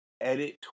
edit